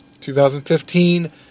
2015